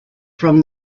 from